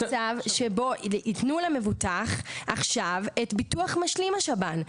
מדובר על מצב שבו יתנו למבוטח עכשיו את ביטוח משלים השב"ן,